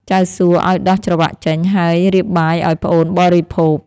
ចៅសួឱ្យដោះច្រវាក់ចេញ ហើយរៀបបាយឱ្យប្អូនបរិភោគ។